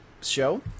show